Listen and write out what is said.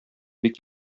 бик